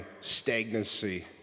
stagnancy